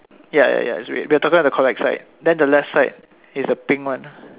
ya ya ya it's red we're talking about the correct side then the left side is the pink one